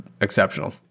exceptional